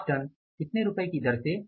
8 ton कितने रुपये की दर से